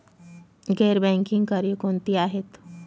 गैर बँकिंग कार्य कोणती आहेत?